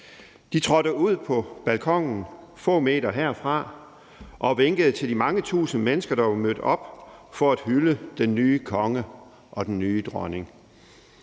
De trådte ud på balkonen få meter herfra og vinkede til de mange tusind mennesker, der var mødt op for at hylde den nye konge og den nye dronning.